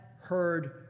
heard